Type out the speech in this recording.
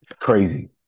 Crazy